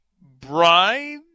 bride